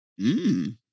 Mmm